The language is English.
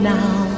now